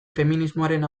feminismoaren